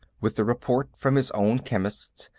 with the report from his own chemists,